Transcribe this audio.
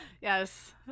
Yes